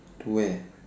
to where